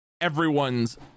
everyone's